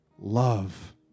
Love